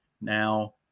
now